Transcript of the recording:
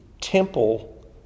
temple